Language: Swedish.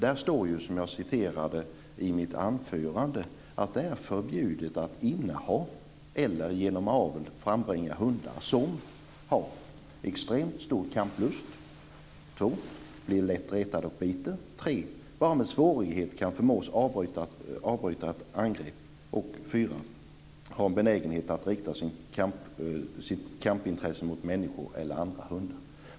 Där står det, som jag citerade i mitt anförande: Det är förbjudet att inneha eller genom avel frambringa hundar som har extrem stor kamplust, som lätt blir retad och biten, som bara med svårighet kan förmås avbryta ett angrepp och som har en benägenhet att rikta sitt kampintresse mot människor eller andra hundar.